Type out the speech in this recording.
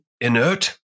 inert